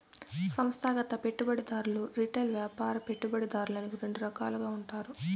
సంస్థాగత పెట్టుబడిదారులు రిటైల్ వ్యాపార పెట్టుబడిదారులని రెండు రకాలుగా ఉంటారు